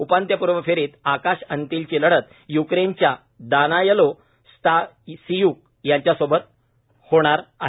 उपांत्यपूर्व फेरीत आकाश अंतिलची लढत युक्रेनच्या दानायलो स्तासियुक याच्यासोबत होणार आहेत